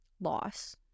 loss